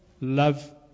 love